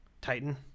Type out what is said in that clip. Titan